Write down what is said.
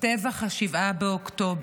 טבח 7 באוקטובר.